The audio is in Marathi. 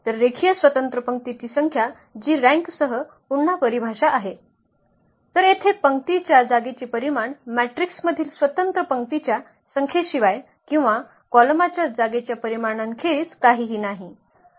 तर रेखीय स्वतंत्र पंक्तींची संख्या जी रँकसह पुन्हा परिभाषा आहे तर येथे पंक्ती च्या जागेचे परिमाण मॅट्रिक्स मधील स्वतंत्र पंक्तींच्या संख्येशिवाय किंवा कॉलमाच्या जागेच्या परिमाणांखेरीज काहीही नाही